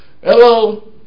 Hello